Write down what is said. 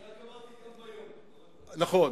אני רק אמרתי גם ביום, נכון.